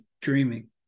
dreaming